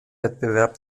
wettbewerb